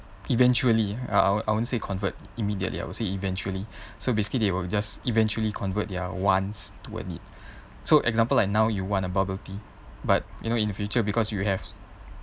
eventually I I I won't say convert immediately I would say eventually so basically they will just eventually convert their wants to a need so example like now you want a bubble tea but you know in future because you have